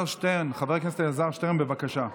חבר הכנסת אלעזר שטרן, בבקשה.